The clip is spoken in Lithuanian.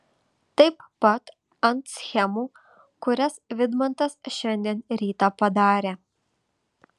taip pat ant schemų kurias vidmantas šiandien rytą padarė